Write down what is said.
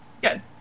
Good